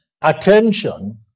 attention